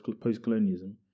post-colonialism